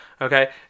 okay